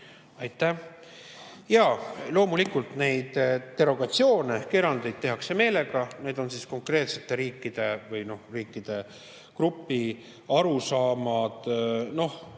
Aitäh! Jaa, loomulikult neid derogatsioone ehk erandeid tehakse meelega, need on konkreetsete riikide või riikide grupi arusaamad, noh,